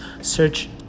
search